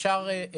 יש בזה תועלת.